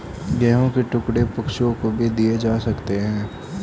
गेहूं के टुकड़े पक्षियों को भी दिए जा सकते हैं